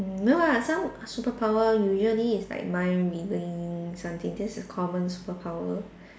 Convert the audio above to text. no lah some superpower usually is like mind reading something that's a common superpower